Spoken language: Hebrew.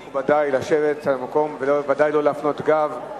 מכובדי, לשבת במקום ובוודאי לא להפנות גב.